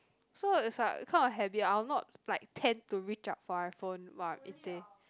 so it's like kind of habit I will not like tend to reach out for my phone while I'm eating